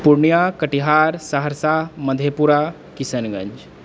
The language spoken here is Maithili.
पूर्णिया कटिहार सहरसा मधेपुरा किशनगञ्ज